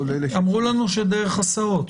אמרו לנו שדרך הסעות.